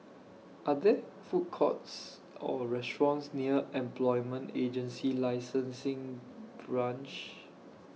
Are There Food Courts Or restaurants near Employment Agency Licensing Branch